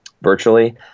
virtually